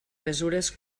mesures